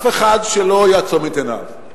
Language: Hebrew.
אף אחד שלא יעצום את עיניו.